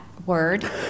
word